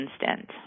instant